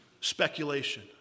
speculation